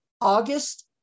August